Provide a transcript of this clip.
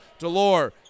Delore